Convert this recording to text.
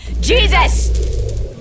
Jesus